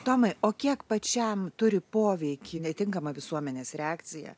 tomai o kiek pačiam turi poveikį netinkama visuomenės reakcija